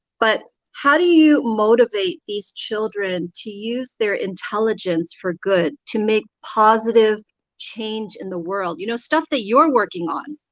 but how do you motivate these children to use their intelligence for good to make positive change in the world? you know stuff that you're working on?